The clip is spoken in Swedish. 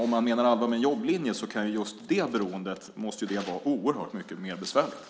Om man menar allvar med en jobblinje måste just det beroendet vara oerhört mycket mer besvärligt.